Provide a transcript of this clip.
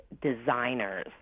designers